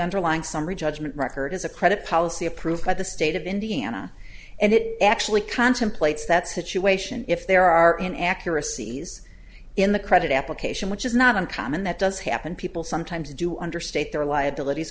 judgment record is a credit policy approved by the state of indiana and it actually contemplates that situation if there are in accuracies in the credit application which is not uncommon that does happen people sometimes do understate their liabilities